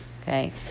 okay